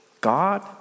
God